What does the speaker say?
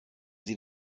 sie